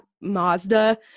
Mazda